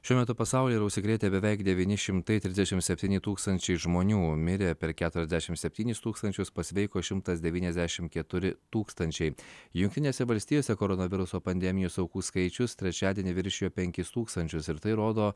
šiuo metu pasaulyje yra užsikrėtę beveik devyni šimtai trisdešimt septyni tūkstančiai žmonių mirė per keturiasdešimt septynis tūkstančiųs pasveiko šimtas devyniasdešimt keturi tūkstančiai jungtinėse valstijose koronaviruso pandemijos aukų skaičius trečiadienį viršijo penkis tūkstančius ir tai rodo